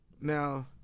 Now